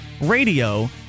radio